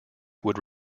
would